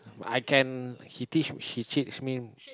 I can he teach she teach me